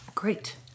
Great